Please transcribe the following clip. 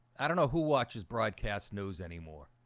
i don't know who watches broadcast news anymore.